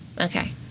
Okay